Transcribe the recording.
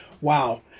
Wow